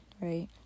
right